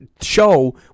show